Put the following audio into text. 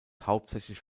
hauptsächlich